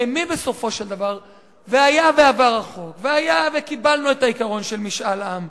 היה ועבר החוק והיה וקיבלנו את העיקרון של משאל עם,